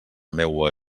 meua